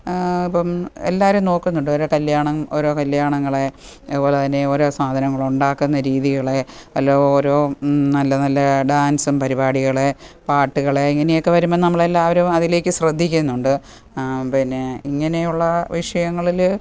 അപ്പോള് എല്ലാവരും നോക്കുന്നുണ്ട് ഓരോ കല്യാണം ഓരോ കല്യാണങ്ങള് അതുപോലെ തന്നെ ഓരോ സാധനങ്ങളുണ്ടാക്കുന്ന രീതികള് അതിലെ ഓരോ നല്ല നല്ല ഡാൻസും പരിപാടികള് പാട്ടുകള് ഇങ്ങനെയൊക്കെ വരുമ്പോള് നമ്മളെല്ലാവരും അതിലേക്ക് ശ്രദ്ധിക്കുന്നുണ്ട് പിന്നെ ഇങ്ങനെയുള്ള വിഷയങ്ങളില്